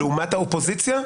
לעומת האופוזיציה?